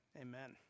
Amen